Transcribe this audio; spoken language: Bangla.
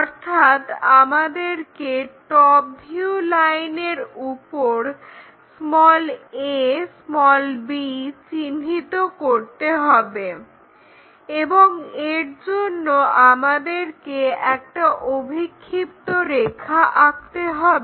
অর্থাৎ আমাদেরকে টপভিউ লাইনের উপর a b চিহ্নিত করতে হবে এবং এর জন্য আমাদেরকে একটা অভিক্ষিপ্ত রেখা আঁকতে হবে